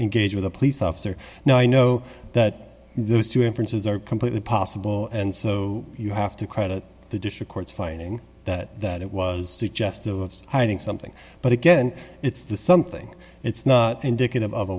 engage with a police officer now i know that those two inferences are completely possible and so you have to credit the district court's finding that that it was suggestive of hiding something but again it's the something it's not indicative of a